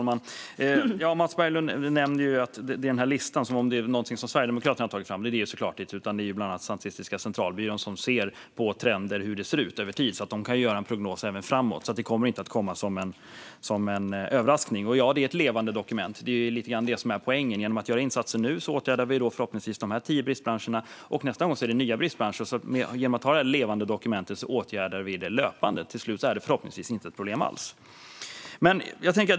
Fru talman! Mats Berglund får det att låta som att det är Sverigedemokraterna som har tagit fram denna lista. Det är det såklart inte. Det är bland andra Statistiska centralbyrån som ser trender över tid och kan göra en prognos framåt så att det inte kommer som en överraskning. Ja, det är ett levande dokument; det är lite grann det som är poängen. Genom att göra insatser nu åtgärdar vi förhoppningsvis bristen inom dessa tio branscher. Nästa gång är det nya bristbranscher. Genom att ha ett levande dokument åtgärdar vi bristerna löpande, och till slut är det förhoppningsvis inget problem alls.